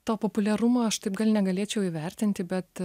to populiarumo aš taip gal negalėčiau įvertinti bet